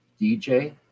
DJ